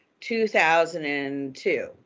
2002